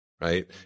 right